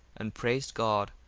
and praised god,